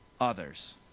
others